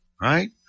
right